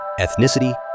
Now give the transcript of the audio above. ethnicity